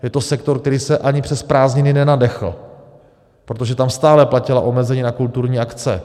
Je to sektor, který se ani přes prázdniny nenadechl, protože tam stále platila omezení na kulturní akce.